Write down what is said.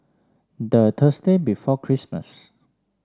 the Thursday before Christmas